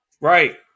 Right